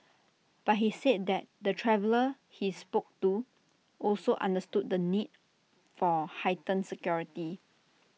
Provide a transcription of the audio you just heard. but he said that the travellers he spoke to also understood the need for heightened security